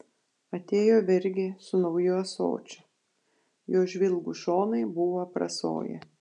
atėjo vergė su nauju ąsočiu jo žvilgūs šonai buvo aprasoję